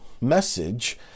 message